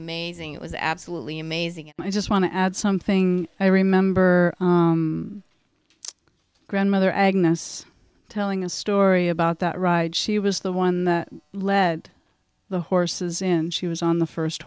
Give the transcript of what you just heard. amazing it was absolutely amazing and i just want to add something i remember grandmother agnus telling a story about that ride she was the one the lead the horses in she was on the first